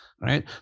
right